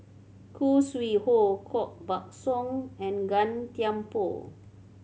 Khoo Sui Hoe Koh Buck Song and Gan Thiam Poh